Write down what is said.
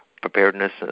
preparedness